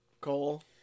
Cole